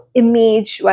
image